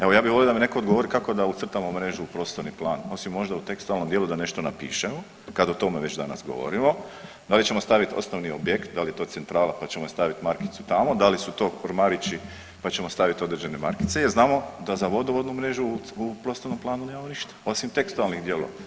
Evo, ja bih volio da mi netko odgovori kako da ucrtamo mrežu u prostorni plan osim možda u tekstualnom dijelu da nešto napišemo kad o tome već danas govorimo, da li ćemo staviti osnovni objekt, da li je to centrala pa ćemo je staviti markicu tamo, da li su to ormarići pa ćemo staviti određene markice jer znamo da za vodovodnu mrežu u prostornom planu nemamo ništa osim tekstualnih dijelova.